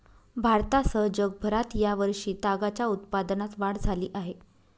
भारतासह जगभरात या वर्षी तागाच्या उत्पादनात वाढ झाली आहे